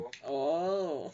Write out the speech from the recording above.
oh